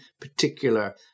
particular